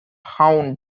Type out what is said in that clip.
hound